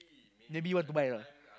maybe you want to buy a not